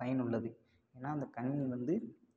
பயனுள்ளது ஏனால் அந்த கணினி வந்து